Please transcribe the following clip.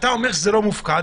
אתה אומר שזה לא מופקד.